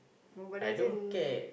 Mobile-Legend